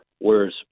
whereas